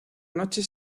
noche